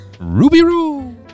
Ruby-roo